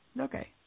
Okay